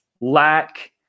lack